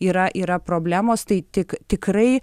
yra yra problemos tai tik tikrai